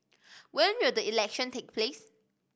when will the election take place